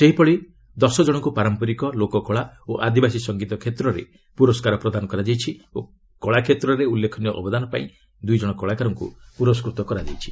ସେହିପରି ଦଶ ଜଶଙ୍କୁ ପାରମ୍ପରିକ ଲୋକକଳା ଓ ଆଦିବାସୀ ସଙ୍ଗୀତ କ୍ଷେତ୍ରରେ ପୁରସ୍କାର ପ୍ରଦାନ କରାଯାଇଛି ଓ କଳା କ୍ଷେତ୍ରରେ ଉଲ୍ଲେଖନୀୟ ଅବଦାନ ପାଇଁ ଦ୍ରଇଜଣ କଳାକାରଙ୍କ ପୁରସ୍କୃତ କରାଯାଇଛି